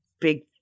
big